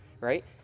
right